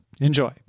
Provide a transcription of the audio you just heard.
Enjoy